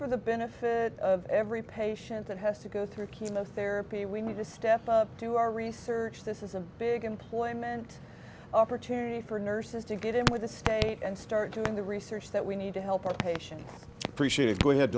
for the benefit of every patient that has to go through chemotherapy we need to step up to our research this is a big employment opportunity for nurses to get into the state and start doing the research that we need to help our patients